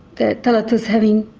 that talet was having